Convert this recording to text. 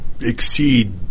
exceed